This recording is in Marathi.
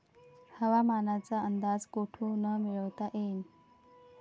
हवामानाचा अंदाज कोठून मिळवता येईन?